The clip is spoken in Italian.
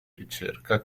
ricerca